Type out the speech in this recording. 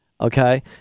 okay